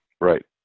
right